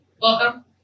Welcome